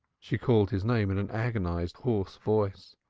she called his name in an agonized hoarse voice.